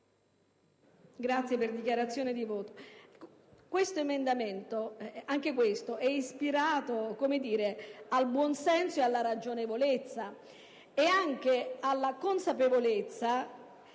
parlare per dichiarazione di voto.